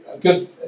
good